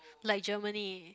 like Germany